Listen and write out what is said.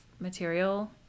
material